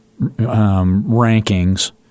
rankings